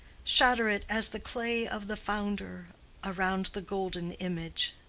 shatter it as the clay of the founder around the golden image.